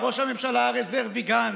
ראש הממשלה הרזרבי גנץ,